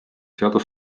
seadus